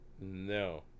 No